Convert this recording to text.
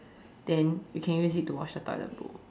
then we can use it to wash the toilet bowl